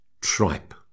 tripe